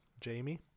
Jamie